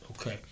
okay